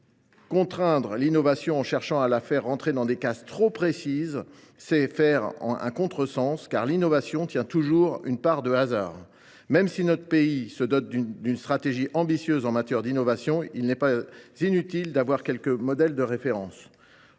sûr, contraindre l’innovation, en cherchant à la faire entrer dans des cases trop précises, serait un contresens, car elle recèle toujours une part de hasard. Si notre pays veut se doter d’une stratégie ambitieuse en matière d’innovation, il n’est pas inutile d’avoir plusieurs modèles de référence.